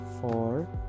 four